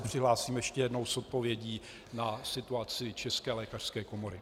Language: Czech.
Přihlásím se ještě jednou s odpovědí na situaci České lékařské komory.